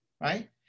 right